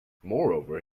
moreover